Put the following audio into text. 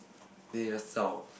then he just zao